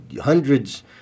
hundreds